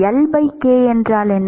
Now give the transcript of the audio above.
LK என்றால் என்ன